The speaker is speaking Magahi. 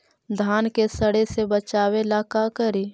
धान के सड़े से बचाबे ला का करि?